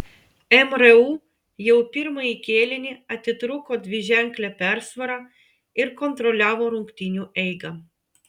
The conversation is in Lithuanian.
mru jau pirmąjį kėlinį atitrūko dviženkle persvara ir kontroliavo rungtynių eigą